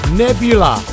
nebula